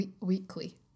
weekly